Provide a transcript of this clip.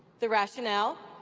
the rationale